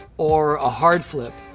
or a hard flip.